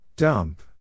Dump